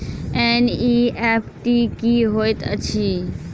NEFT की होइत अछि?